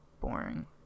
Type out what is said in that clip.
boring